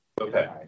Okay